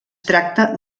tracta